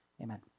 Amen